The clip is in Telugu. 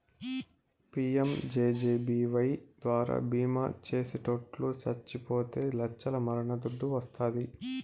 పి.యం.జే.జే.బీ.వై ద్వారా బీమా చేసిటోట్లు సచ్చిపోతే లచ్చల మరణ దుడ్డు వస్తాది